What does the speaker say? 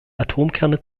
atomkerne